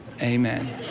Amen